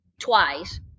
twice